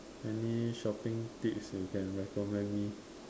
any shopping tips you can recommend me